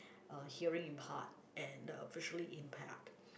uh hearing impaired and uh visually impaired